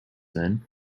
then